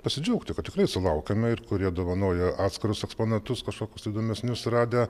pasidžiaugti kad tikrai sulaukiame ir kurie dovanoja atskirus eksponatus kažkokius įdomesnius radę